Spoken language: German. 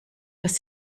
dass